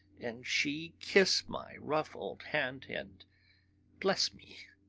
and she kiss my rough old hand and bless me?